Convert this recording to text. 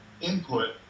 input